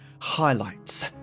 highlights